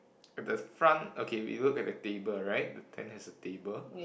at the front okay we look at the table right the tent has a table